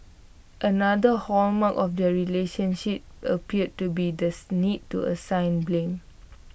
another hallmark of their relationship appeared to be the to assign blame